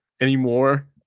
anymore